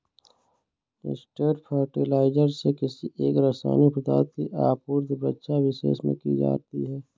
straight fertiliser से किसी एक रसायनिक पदार्थ की आपूर्ति वृक्षविशेष में की जाती है